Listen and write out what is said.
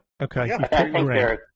Okay